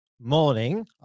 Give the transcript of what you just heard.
morning